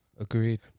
Agreed